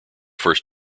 first